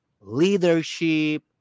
leadership